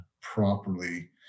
properly